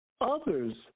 others